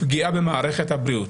הפגיעה במערכת הבריאות,